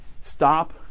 stop